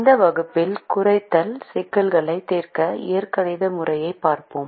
இந்த வகுப்பில் குறைத்தல் சிக்கல்களைத் தீர்க்க இயற்கணித முறையைப் பார்ப்போம்